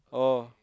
oh